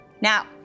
Now